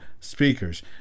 speakers